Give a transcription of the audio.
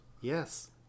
Yes